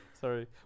Sorry